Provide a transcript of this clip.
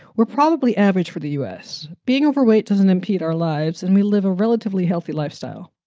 we're probably average for the u s. being overweight doesn't impede our lives and we live a relatively healthy lifestyle.